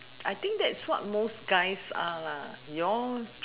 I think that's what most guys are lah you all